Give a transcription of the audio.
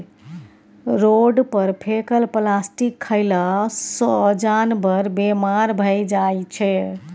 road पर फेकल plastic खएला सँ जानबर बेमार भए जाइ छै